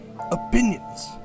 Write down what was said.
opinions